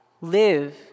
live